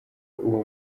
uwo